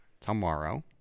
tomorrow